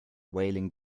wailing